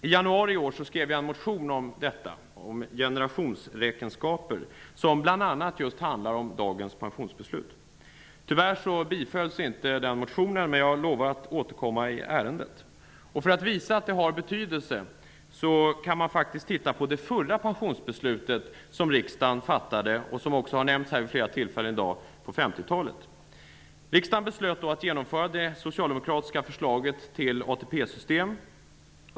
I januari i år skrev jag en motion om generationsräkenskaper som bl.a. just handlar om dagens pensionsbeslut. Tyvärr bifölls inte den motionen, men jag lovar att återkomma i ärendet. För att visa att diskussionen har betydelse kan man faktiskt titta på det pensionsbeslut som riksdagen fattade förra gången, på 50-talet. Det har nämnts vid flera tillfällen i dag. Riksdagen beslöt då att genomföra det socialdemokratiska förslaget till ATP-system.